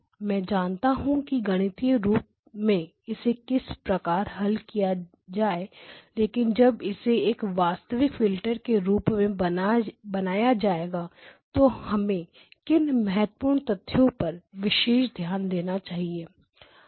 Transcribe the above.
मैं जानता हूं कि गणितीय रूप में इसे किस प्रकार हल किया जाए लेकिन जब इसे एक वास्तविक फिल्टर के रूप में बनाया जाएगा तो हमें किन महत्वपूर्ण तथ्यों पर विशेष ध्यान देना होगा